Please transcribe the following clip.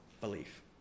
belief